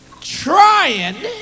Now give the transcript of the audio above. trying